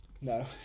No